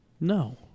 No